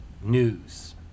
news